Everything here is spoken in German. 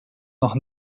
noch